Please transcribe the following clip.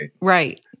right